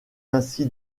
ainsi